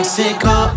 Mexico